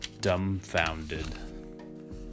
dumbfounded